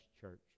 Church